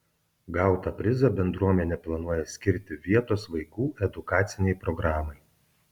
gautą prizą bendruomenė planuoja skirti vietos vaikų edukacinei programai